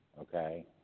okay